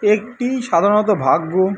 একটি সাধারণত ভাগ্য